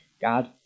God